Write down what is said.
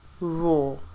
raw